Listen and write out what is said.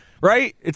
right